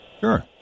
sure